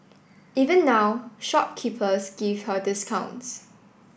even now shopkeepers give her discounts